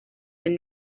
than